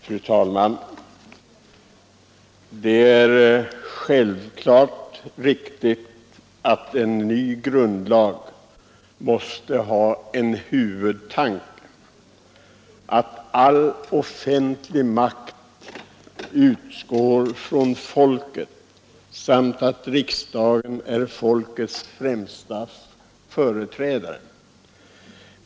Fru talman! Det är givetvis riktigt att en ny grundlag måste ha en huvudtanke: att all offentlig makt utgår från folket samt att riksdagen är folkets främsta företrädare.